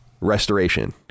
Restoration